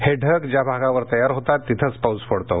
हे ढग ज्या भागावर तयार होतात तिथंच पाऊस पडतो